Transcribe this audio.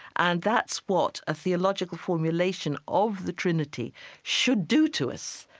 and that's what a theological formulation of the trinity should do to us.